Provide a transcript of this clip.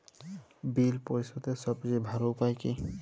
বিল পরিশোধের সবচেয়ে ভালো উপায় কী?